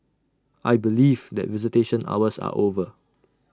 I believe that visitation hours are over